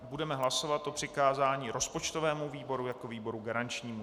Budeme hlasovat o přikázání rozpočtovému výboru jako výboru garančnímu.